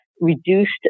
reduced